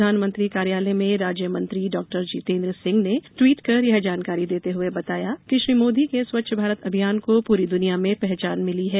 प्रधानमंत्री कार्यालय में राज्य मंत्री डॉक्टर जितेन्द्र सिंह ने ट्वीट कर यह जानकारी देते हुए बताया कि श्री मोदी के स्वच्छ भारत अभियान को पूरी दुनिया में पहचान मिली है